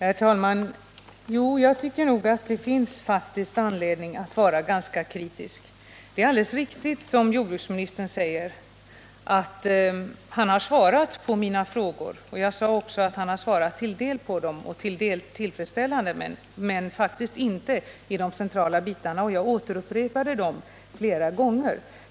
Herr talman! Jo, jag tycker nog att det finns anledning att vara ganska kritisk. Det är alldeles riktigt som jordbruksministern säger, att han har svarat på mina frågor. Jag sade också att han till dels har svarat på dem och till dels också svarat tillfredsställande, men faktiskt inte i de centrala bitarna, vilket jag upprepade flera gånger.